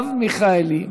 חברת הכנסת מרב מיכאלי,